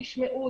תשמעו,